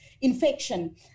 infection